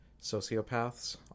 Sociopaths